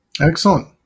Excellent